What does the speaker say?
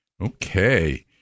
Okay